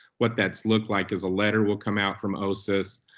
what that's looked like is a letter will come out from oses,